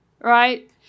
Right